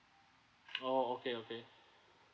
oh okay okay